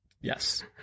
Yes